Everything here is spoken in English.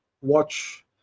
watch